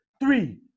Three